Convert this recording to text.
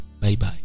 Bye-bye